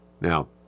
Now